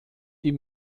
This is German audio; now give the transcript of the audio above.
die